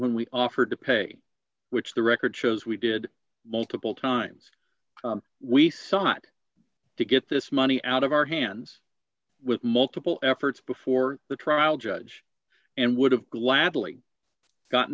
when we offered to pay which the record shows we did multiple times we sought to get this money out of our hands with multiple efforts before the trial judge and would have gladly gotten